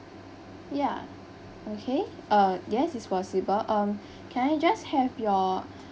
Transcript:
ya okay uh yes it's possible um can I just have your